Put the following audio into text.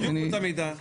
בדיוק באותה מידה.